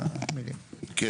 אז